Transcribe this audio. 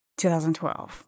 2012